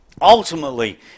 Ultimately